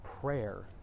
prayer